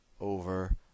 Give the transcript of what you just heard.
over